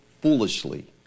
foolishly